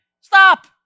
Stop